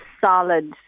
solid